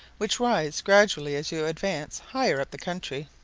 which rise gradually as you advance higher up the country.